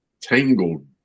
tangled